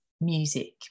music